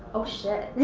oh shit.